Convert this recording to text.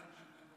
ויווה.